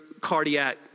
cardiac